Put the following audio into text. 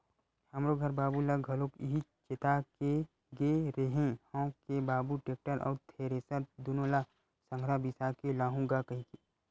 हमरो घर बाबू ल घलोक इहीं चेता के गे रेहे हंव के बाबू टेक्टर अउ थेरेसर दुनो ल संघरा बिसा के लाहूँ गा कहिके